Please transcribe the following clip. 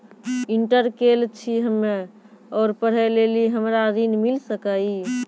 Inter केल छी हम्मे और पढ़े लेली हमरा ऋण मिल सकाई?